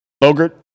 Bogart